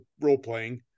role-playing